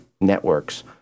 networks